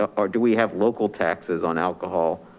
ah or do we have local taxes on alcohol